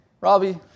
Robbie